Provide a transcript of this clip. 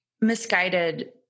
misguided